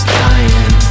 dying